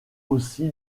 aussi